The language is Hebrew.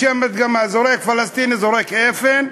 לשם הדגמה, פלסטיני זורק אבן,